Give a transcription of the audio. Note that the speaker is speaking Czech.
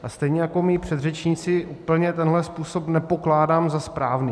A stejně jako moji předřečníci úplně tenhle způsob nepokládám za správný.